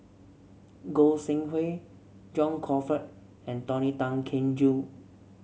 Goi Seng Hui John Crawfurd and Tony Tan Keng Joo